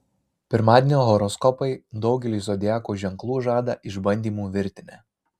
pirmadienio horoskopai daugeliui zodiako ženklų žada išbandymų virtinę